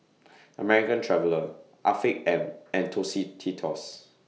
American Traveller Afiq M and Tostitos